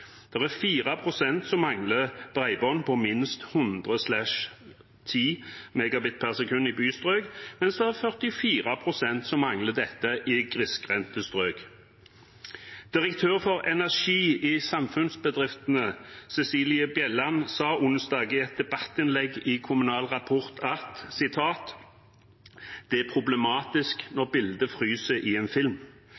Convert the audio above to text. i bystrøk, mens det er 44 pst. som mangler dette i grisgrendte strøk. Direktør for Samfunnsbedriftene Energi, Cecilie Bjelland, sa onsdag i et debattinnlegg i Kommunal Rapport: «Det er problematisk når bildet fryser midt i filmen. Men det er